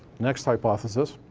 next hypothesis.